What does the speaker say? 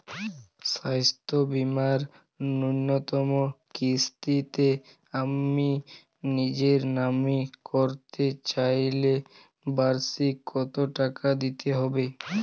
স্বাস্থ্য বীমার ন্যুনতম কিস্তিতে আমি নিজের নামে করতে চাইলে বার্ষিক কত টাকা দিতে হবে?